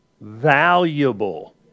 valuable